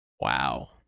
wow